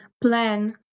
plan